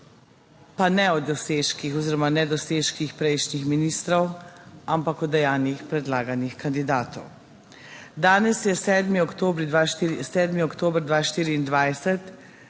pa ne o dosežkih oziroma nedosežkih prejšnjih ministrov, ampak o dejanjih predlaganih kandidatov. Danes je 7. oktober 2024,